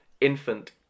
infant